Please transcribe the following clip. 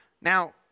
Now